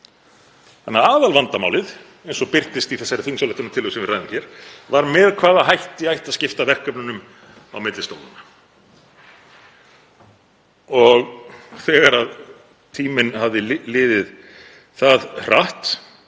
Þannig að aðalvandamálið, eins og birtist í þeirri þingsályktunartillögu sem við ræðum hér, var með hvaða hætti ætti að skipta verkefnunum á milli stólanna. Þegar tíminn hafði liðið það hratt